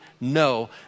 no